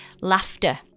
laughter